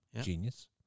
Genius